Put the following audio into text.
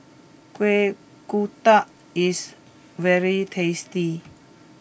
Kuih Kodok is very tasty